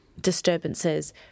disturbances